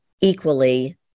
equally